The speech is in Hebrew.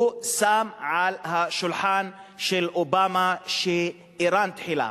הוא שם על השולחן של אובמה שאירן תחילה.